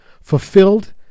fulfilled